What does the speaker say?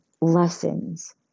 lessons